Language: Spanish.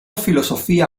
filosofía